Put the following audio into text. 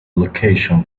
location